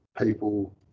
people